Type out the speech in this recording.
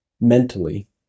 mentally